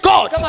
God